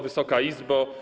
Wysoka Izbo!